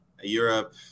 Europe